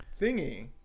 thingy